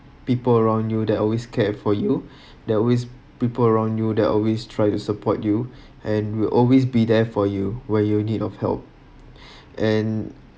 people around you that always cared for you that always people around you they’re always try to support you and will always be there for you where you need of help and